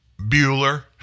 Bueller